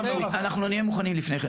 אנחנו נהיה מוכנים לפני כן,